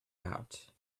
out